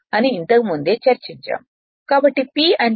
అని ఇంతకుముందే చర్చించాము కాబట్టి P అంటే P 120 f ns